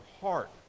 heart